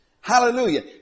Hallelujah